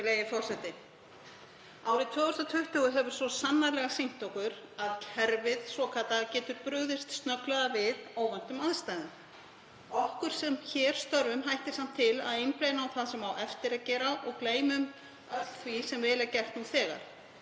Árið 2020 hefur svo sannarlega sýnt okkur að kerfið svokallaða getur brugðist snögglega við óvæntum aðstæðum. Okkur sem hér störfum hættir samt til að einblína á það sem á eftir að gera og gleymum öll því sem vel er gert nú þegar.